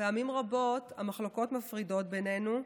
פעמים רבות המחלוקות מפרידות בינינו.